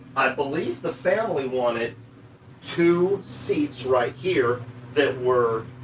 i believe the family wanted two seats right here that were